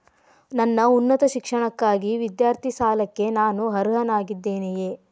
ನನ್ನ ಉನ್ನತ ಶಿಕ್ಷಣಕ್ಕಾಗಿ ವಿದ್ಯಾರ್ಥಿ ಸಾಲಕ್ಕೆ ನಾನು ಅರ್ಹನಾಗಿದ್ದೇನೆಯೇ?